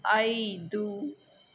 ಐದು